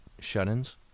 shut-ins